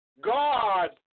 God